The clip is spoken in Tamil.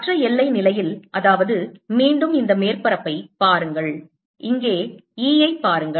மற்ற எல்லை நிலையில் அதாவது மீண்டும் இந்த மேற்பரப்பைப் பாருங்கள் இங்கே E ஐப் பாருங்கள்